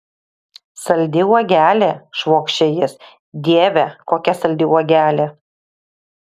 saldi uogelė švokščia jis dieve kokia saldi uogelė